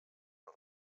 del